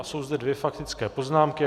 A jsou zde dvě faktické poznámky.